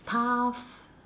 path